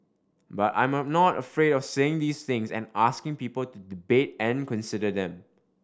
but I'm not afraid of saying these things and asking people to debate and consider them